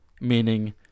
meaning